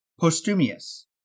Postumius